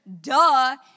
Duh